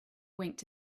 winked